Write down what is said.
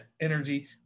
energy